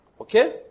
Okay